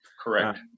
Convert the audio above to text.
Correct